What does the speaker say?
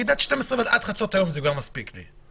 הוא יגיד: עד חצות היום זה כבר מספיק לי.